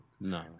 No